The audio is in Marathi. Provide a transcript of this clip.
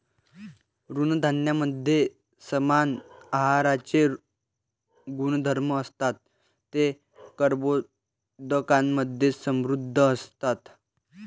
तृणधान्यांमध्ये समान आहाराचे गुणधर्म असतात, ते कर्बोदकांमधे समृद्ध असतात